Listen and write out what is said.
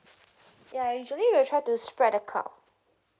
yeah usually we try to spread the crowd